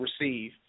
receive